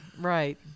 right